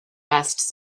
best